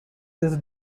this